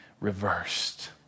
reversed